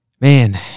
man